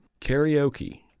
Karaoke